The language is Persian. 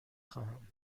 خواهم